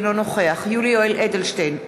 אינו נוכח יולי יואל אדלשטיין,